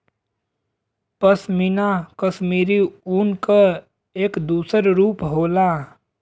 पशमीना कशमीरी ऊन क एक दूसर रूप होला